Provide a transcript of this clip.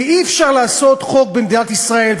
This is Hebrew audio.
כי אי-אפשר לעשות חוק במדינת ישראל,